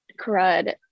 crud